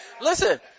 Listen